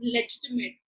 Legitimate